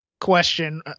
question